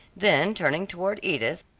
then turning toward edith,